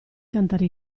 cantare